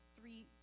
three